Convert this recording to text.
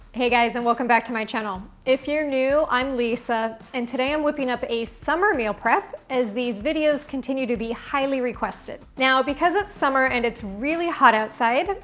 hey guys and welcome back to my channel. if you're new, i'm lisa and today i'm whipping up a summer meal prep, as these videos continue to be highly requested. now, because it's summer and it's really hot outside,